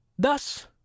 Thus